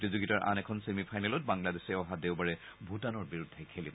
প্ৰতিযোগিতাৰ আন এখন ছেমি ফাইনেলত বাংলাদেশে অহা দেওবাৰে ভূটানৰ বিৰুদ্ধে খেলিব